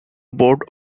board